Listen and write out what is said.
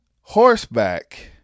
horseback